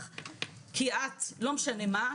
כי את לא משנה מה,